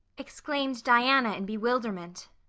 exclaimed diana in bewilderment.